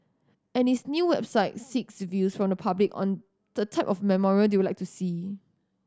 and its new website seeks views from the public on the type of memorial they would like to see